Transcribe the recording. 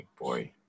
boy